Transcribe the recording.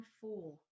four